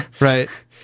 Right